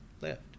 Left